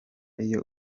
iyo